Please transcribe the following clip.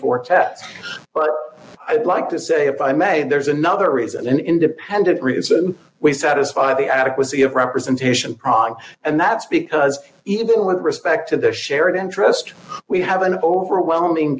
four tests but i'd like to say if i may there's another reason independent reason we satisfy the adequacy of representation pran and that's because even with respect to their shared interest we have an overwhelming